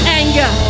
anger